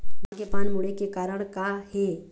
धान के पान मुड़े के कारण का हे?